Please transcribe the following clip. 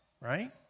Right